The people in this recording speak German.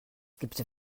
gibt